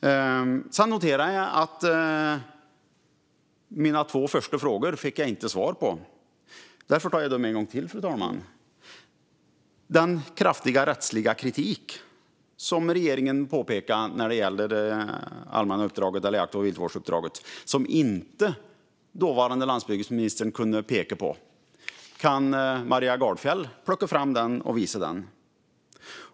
Jag noterade att jag inte fick svar på mina två första frågor. Därför tar jag dem en gång till, fru talman. Den kraftiga rättsliga kritik som regeringen pekar på när det gäller det allmänna uppdraget eller jakt och viltvårdsuppdraget kunde den förra landsbygdsministern inte påvisa. Kan Maria Gardfjell plocka fram och visa den?